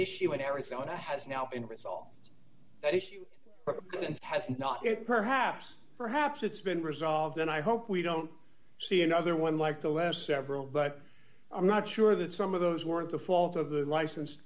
issue in arizona has now been resolved that issue has not yet perhaps perhaps it's been resolved and i hope we don't see another one like the last several but i'm not sure that some of those weren't the fault of the licensed